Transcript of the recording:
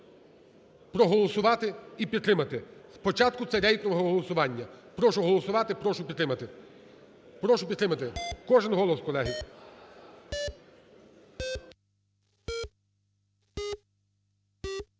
всіх проголосувати і підтримати. Спочатку це рейтингове голосування. Прошу проголосувати, прошу підтримати. Прошу підтримати. Кожен голос, колеги!